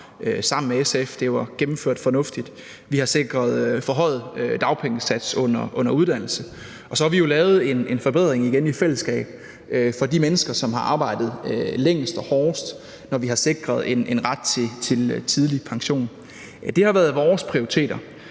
opholdskravet; det var gennemført fornuftigt. Vi har sikret forhøjet dagpengesats under uddannelse. Og så har vi jo igen i fællesskab lavet en forbedring for de mennesker, som har arbejdet længst og hårdest, når vi har sikret en ret til tidlig pension. Det har været vores prioriteter.